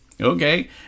okay